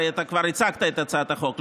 הרי אתה כבר הצגת את הצעת החוק,